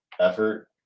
Effort